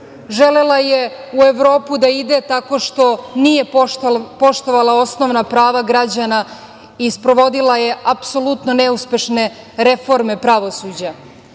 Želela je u Evropu da ide tako što nije poštovala osnovna prava građana i sprovodila je apsolutno neuspešne reforme pravosuđa.